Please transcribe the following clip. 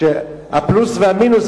הפלוס והמינוס,